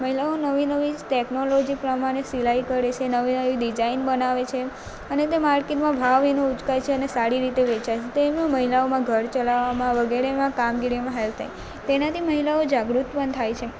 મહિલાઓ નવી નવી ટેકનોલીજી પ્રમાણે સિલાઈ કરે છે નવી નવી ડિઝાઇન બનાવે છે અને તે માર્કેટમાં ભાવ એનો ઉચકાય છે અને સારી રીતે વેચાય છે તેમનું મહિલાઓમાં ઘર ચલાવવામાં વગેરેમાં કામગીરીમાં હેલ્પ થાય તેનાથી મહિલાઓ જાગૃત પણ થાય છે